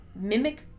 mimic